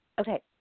Okay